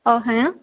ഓ ഹനാ